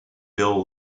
bill